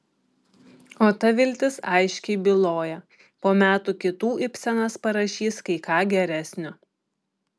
o ta viltis aiškiai byloja po metų kitų ibsenas parašys kai ką geresnio